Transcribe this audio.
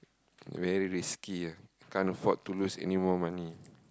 very risky ah can't afford to lose anymore money